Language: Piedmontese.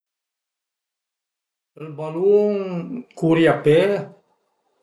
Ël balun, curi a pe